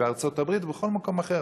בארצות-הברית ובכל מקום אחר?